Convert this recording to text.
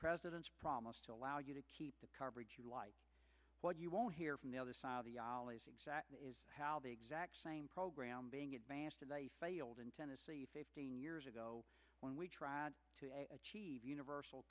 president's promise to allow you to keep the coverage you like what you won't hear from the other side of the ali is how the exact same program being advanced and they failed in tennessee fifteen years ago when we tried to achieve universal